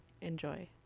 Enjoy